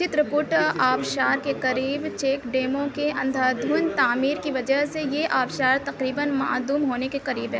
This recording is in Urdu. چترکوٹ آبشار کے قریب چیک ڈیموں کے اندھادھند تعمیر کی وجہ سے یہ آبشار تقریباً معدوم ہونے کے قریب ہے